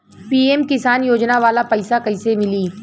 PM किसान योजना वाला पैसा कईसे मिली?